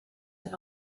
ein